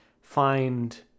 find